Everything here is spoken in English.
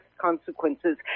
consequences